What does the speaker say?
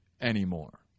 anymore